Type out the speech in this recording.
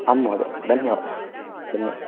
आम् महोदय धन्यवादाः धन्यवादाः